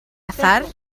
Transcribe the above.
azahar